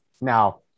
now